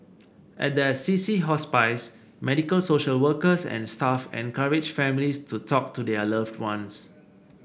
at the Assisi Hospice medical social workers and staff encourage families to talk to their loved ones